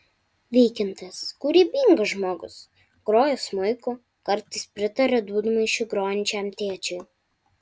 vykintas kūrybingas žmogus groja smuiku kartais pritaria dūdmaišiu grojančiam tėčiui